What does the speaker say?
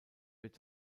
wird